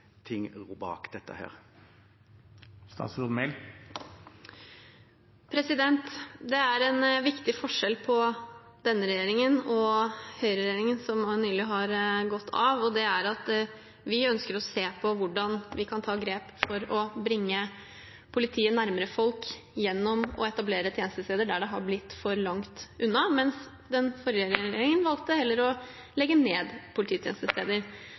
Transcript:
Det er en viktig forskjell på denne regjeringen og høyreregjeringen som nylig har gått av, og det er at vi ønsker å se på hvordan vi kan ta grep for å bringe politiet nærmere folk gjennom å etablere tjenestesteder der de har blitt for langt unna, mens den forrige regjeringen heller valgte å legge ned polititjenestesteder.